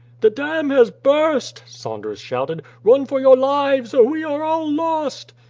the dam has burst! saunders shouted. run for your lives, or we are all lost!